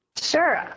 Sure